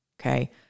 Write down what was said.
okay